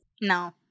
No